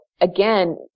again